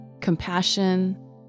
compassion